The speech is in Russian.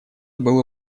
было